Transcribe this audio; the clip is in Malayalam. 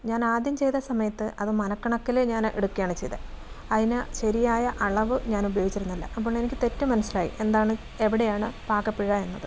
ഞാൻ ആദ്യം ചെയ്ത സമയത്ത് അത് മനക്കണക്കിൽ ഞാൻ എടുക്കുകയാണ് ചെയ്തത് അതിന് ശരിയായ അളവ് ഞാൻ ഉപയോഗിച്ചിരുന്നില്ല അപ്പോഴെനിക്ക് തെറ്റ് മനസ്സിലായി എന്താണ് എവിടെയാണ് പാകപ്പിഴ എന്നത്